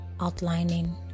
outlining